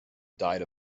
died